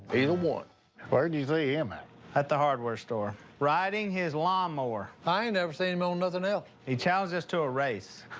either one. where'd you see him at? at the hardware store. riding his lawn mower. i ain't never seen him on nothing else. he challenged us to a race.